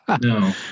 No